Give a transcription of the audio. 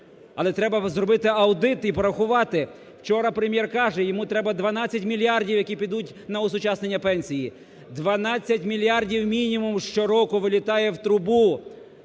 Але треба зробити аудит і порахувати. Вчора Прем'єр каже, йому треба 12 мільярдів, які підуть на осучаснення пенсії. 12 мільярдів мінімум щороку вилітає в трубу,